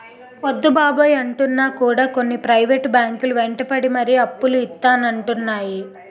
వద్దు బాబోయ్ అంటున్నా కూడా కొన్ని ప్రైవేట్ బ్యాంకు లు వెంటపడి మరీ అప్పులు ఇత్తానంటున్నాయి